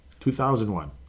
2001